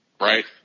right